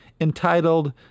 entitled